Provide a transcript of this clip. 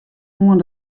oan